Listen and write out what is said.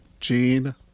Gene